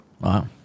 Wow